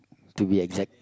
to be exact